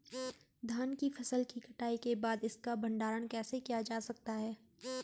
धान की फसल की कटाई के बाद इसका भंडारण कैसे किया जा सकता है?